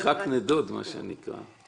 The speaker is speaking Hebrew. הרחקת נדוד מה שנקרא.